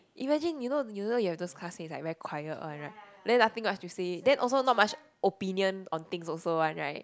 imagine you know you know you have those classmates like very quiet one right like nothing much to say and then also not much opinion on things also one right